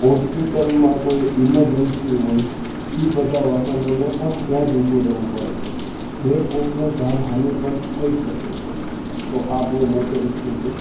હોસ્પિટલમાં કોઈ ઇમર્જન્સિ હોય એ બધા વાહનોને પણ ત્યાં જ ઊભું રહેવું પડે છે જે કોઈકને જાનહાનિ પણ થઈ શકે છે તો આ બહુ મોટો ઇશ્યુ છે